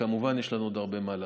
כמובן שיש לנו עוד הרבה מה לעשות.